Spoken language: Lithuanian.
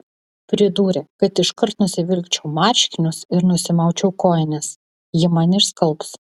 pridūrė kad iškart nusivilkčiau marškinius ir nusimaučiau kojines ji man išskalbs